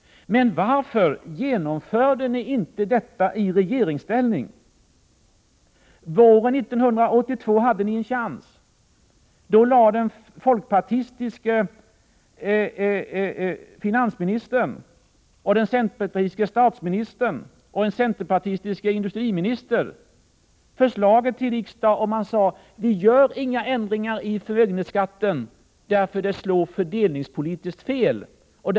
Varför gjorde ni inte detta i regeringsställning? Våren 1982 hade ni en chans. Då lade den folkpartistiske finansministern, den centerpartistiske statsministern och den centerpartistiske industriministern fram förslaget till riksdagen, men man sade: Vi gör inga ändringar i förmögenhetsskatten, för det slår fördelningspolitiskt felaktigt.